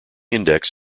index